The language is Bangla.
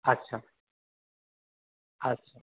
আচ্ছা আচ্ছা